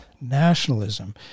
nationalism